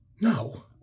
No